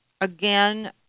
again